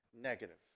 negative